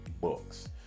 books